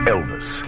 Elvis